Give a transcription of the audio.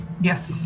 Yes